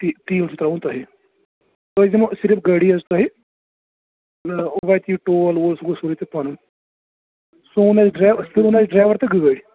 تیٖل چھُ تراوُن تۄہہِ بہٕ حَظ دِمو صرف گٲڑی یٲژ تۄہہِ اۭں وتہٕ یہِ ٹول وول سُہ گوو تۄہہِ سورُے پنُن سون آسہِ سون آسہِ ڈریور تہٕ گٲڑۍ